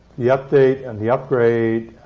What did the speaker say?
the update and the upgrade,